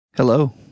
Hello